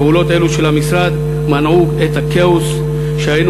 פעולות אלה של המשרד מנעו את הכאוס שהיינו